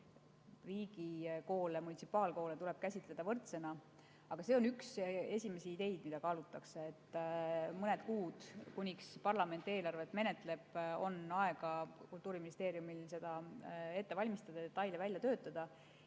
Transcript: riigikoole, munitsipaalkoole tuleb käsitleda võrdsena. Aga see on üks esimesi ideid, mida kaalutakse, ja mõned kuud, kuni parlament eelarvet menetleb, on Kultuuriministeeriumil aega seda ette valmistada, detaile välja töötada.